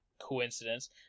coincidence